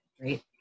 right